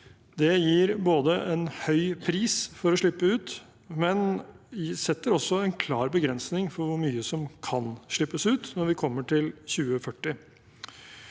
Det gir en høy pris for å slippe ut, men det setter også en klar begrensning for hvor mye som kan slippes ut når vi kommer til 2040.